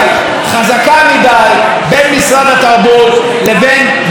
בין משרד התרבות לבין מאגר הלקטורים.